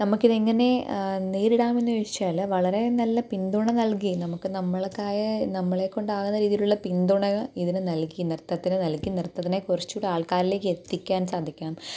നമ്മൾക്ക് ഇത് എങ്ങനെ നേരിടാമെന്ന് ചോദിച്ചാൽ വളരെ നല്ല പിന്തുണ നൽകി നമുക്ക് നമ്മൾക്ക് ആയ നമ്മളെ കൊണ്ട് ആവുന്ന രീതിയിലുള്ള പിന്തുണ ഇതിന് നൽകി നൃത്തത്തിന് നൽകി നൃത്തത്തിനെ കുറച്ചു കൂടെ ആൾക്കാരിലേക്ക് എത്തിക്കാൻ സാധിക്കണം